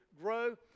grow